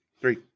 Three